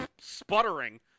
sputtering